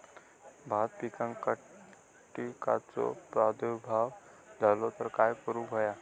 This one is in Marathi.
भात पिकांक कीटकांचो प्रादुर्भाव झालो तर काय करूक होया?